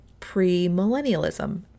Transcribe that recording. premillennialism